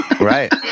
Right